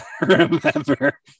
remember